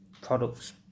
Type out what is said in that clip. products